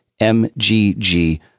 MGG